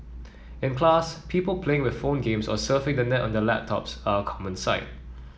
in class people playing with phone games or surfing the net on their laptops are a common sight